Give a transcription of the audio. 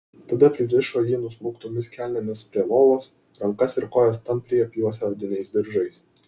tada pririšo jį nusmauktomis kelnėmis prie lovos rankas ir kojas tampriai apjuosę odiniais diržais